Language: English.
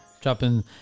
Dropping